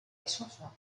desuso